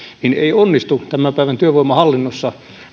ei onnistu tämän päivän työvoimahallinnossa